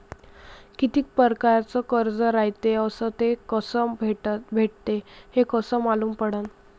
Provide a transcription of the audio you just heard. कितीक परकारचं कर्ज रायते अस ते कस भेटते, हे कस मालूम पडनं?